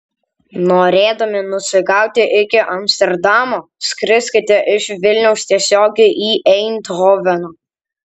norėdami nusigauti iki amsterdamo skriskite iš vilniaus tiesiogiai į eindhoveną